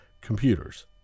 computers